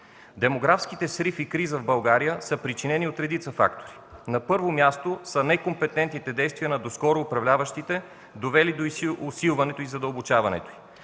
Демографските срив и криза в България са причинени от редица фактори. На първо място са некомпетентните действия на доскоро управляващите, довели до усилването и задълбочаването й.